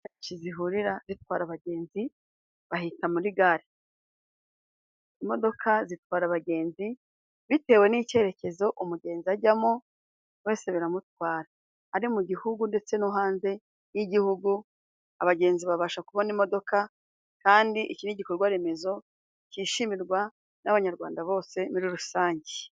Aho tagisi zihurira zitwara abagenzi bahita muri gare. Imodoka zitwara abagenzi bitewe n'icyerekezo umugenzi ajyamo, buri wese baramutwara ari mu gihugu ndetse no hanze y'igihugu, abagenzi babasha kubona imodoka kandi iki ni igikorwa remezo cyishimirwa n'Abanyarwanda bose muri rusange.